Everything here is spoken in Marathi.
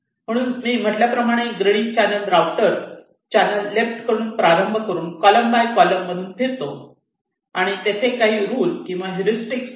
म्हणून मी म्हटल्याप्रमाणे ग्रीडी चॅनेल राउटर चॅनेल लेफ्टकडून प्रारंभ करून कॉलम बाय कॉलम मधून फिरतो आणि तेथे काही रुल किंवा हेरिस्टिक्स सेट आहेत